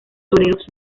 toreros